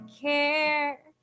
care